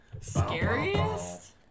Scariest